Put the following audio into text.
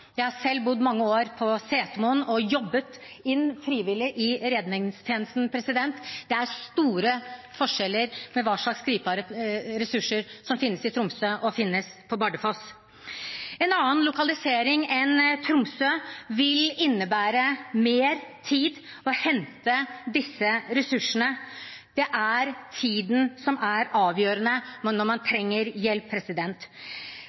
jeg har selv bodd mange år på Setermoen og jobbet som frivillig i redningstjenesten. Det er stor forskjell på hva slags gripbare ressurser som finnes i Tromsø og på Bardufoss. En annen lokalisering enn Tromsø vil innebære mer tid på å hente disse ressursene. Det er tiden som er avgjørende når man